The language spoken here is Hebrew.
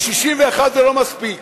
כי 61 זה לא מספיק.